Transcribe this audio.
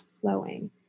flowing